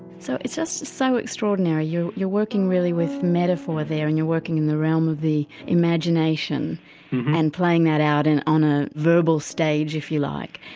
so it's just so extraordinary, you're working really with metaphor there and you're working in the realm of the imagination and playing that out and on a verbal stage, if you like,